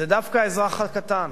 זה דווקא האזרח הקטן,